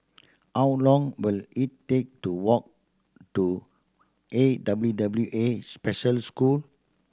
how long will it take to walk to A W W A Special School